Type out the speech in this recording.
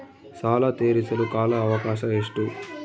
ಸಾಲ ತೇರಿಸಲು ಕಾಲ ಅವಕಾಶ ಎಷ್ಟು?